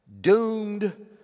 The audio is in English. doomed